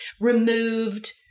removed